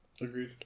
Agreed